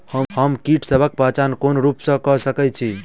हम कीटसबक पहचान कोन रूप सँ क सके छी?